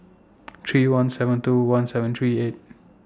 three one seven two one seven three eight